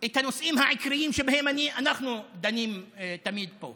את הנושאים העיקריים שבהם אנחנו דנים תמיד פה: